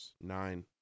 Nine